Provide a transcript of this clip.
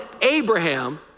Abraham